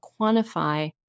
quantify